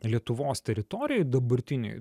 lietuvos teritorijoj dabartinėj